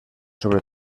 sobre